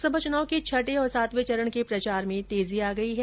लोकसभा चुनाव के छठे और सातवें चरण के प्रचार में तेजी आ गई है